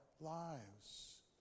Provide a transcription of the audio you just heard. lives